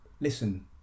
listen